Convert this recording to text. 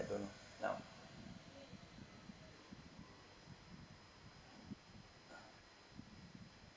don't know now